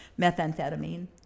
methamphetamine